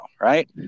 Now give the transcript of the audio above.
right